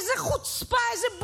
איזו חוצפה, איזו בורות.